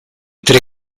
tre